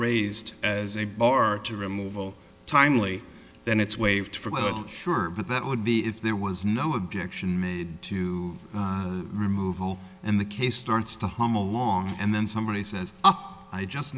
raised as a bar to removal timely then it's waived for sure but that would be if there was no objection made to removal and the case starts to hum along and then somebody says i just